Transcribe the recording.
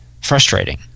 frustrating